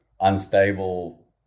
unstable